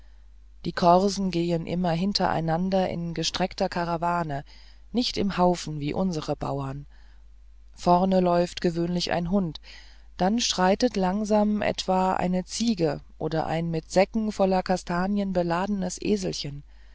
die korsen gehen immer hintereinander in gestreckter karawane nicht im haufen wie unsere bauern vorne läuft gewöhnlich ein hund dann schreitet langsam etwa eine ziege oder ein mit säcken voller kastanien beladenes eselchen